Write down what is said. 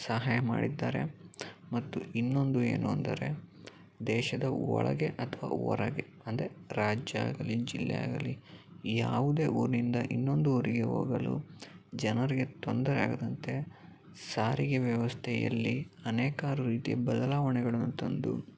ಸಹಾಯ ಮಾಡಿದ್ದಾರೆ ಮತ್ತು ಇನ್ನೊಂದು ಏನು ಅಂದರೆ ದೇಶದ ಒಳಗೆ ಅಥವಾ ಹೊರಗೆ ಅಂದರೆ ರಾಜ್ಯ ಆಗಲಿ ಜಿಲ್ಲೆ ಆಗಲಿ ಯಾವುದೇ ಊರಿಂದ ಇನ್ನೊಂದು ಊರಿಗೆ ಹೋಗಲು ಜನರಿಗೆ ತೊಂದರೆ ಆಗದಂತೆ ಸಾರಿಗೆ ವ್ಯವಸ್ಥೆಯಲ್ಲಿ ಅನೇಕಾರು ರೀತಿಯ ಬದಲಾವಣೆಗಳನ್ನು ತಂದು